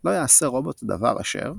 "לא יעשה רובוט דבר אשר,